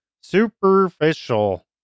Superficial